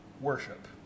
worship